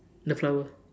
the flower